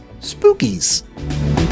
Spookies